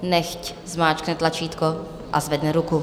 Nechť zmáčkne tlačítko a zvedne ruku.